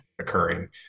occurring